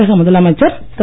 தமிழக முதல் அமைச்சர் திரு